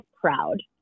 proud